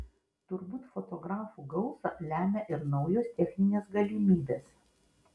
turbūt fotografų gausą lemia ir naujos techninės galimybės